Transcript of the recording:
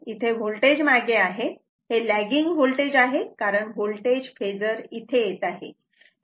इथे होल्टेज मागे आहे हे लॅंगींग होल्टेज आहे कारण होल्टेज फेजर इथे येत आहे